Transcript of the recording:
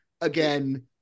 again